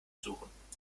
suchen